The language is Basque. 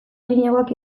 arinagoak